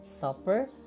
Supper